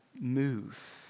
move